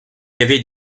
avait